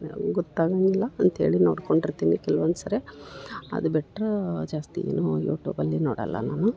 ಗೊತ್ತಾಗಂಗಿಲ್ಲ ಅಂತೇಳಿ ನೋಡ್ಕೊಂಡಿರ್ತೀನಿ ಕೆಲ್ವೊಂದು ಸರೆ ಅದು ಬಿಟ್ರಾ ಜಾಸ್ತಿ ಏನು ಯೂಟೂಬಲ್ಲಿ ನೋಡಲ್ಲ ನಾನು